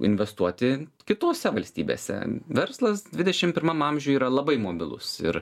investuoti kitose valstybėse verslas dvidešim pirmam amžiuj yra labai mobilus ir